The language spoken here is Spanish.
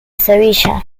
sevilla